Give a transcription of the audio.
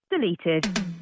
Deleted